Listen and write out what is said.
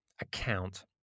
account